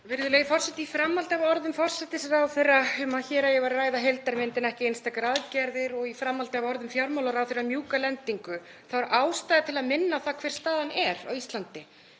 Virðulegi forseti. Í framhaldi af orðum forsætisráðherra um að hér eigi að ræða heildarmyndina en ekki einstakar aðgerðir og í framhaldi af orðum fjármálaráðherra um mjúka lendingu þá er ástæða til að minna á það hver staðan er á Íslandi.